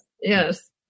Yes